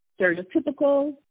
stereotypical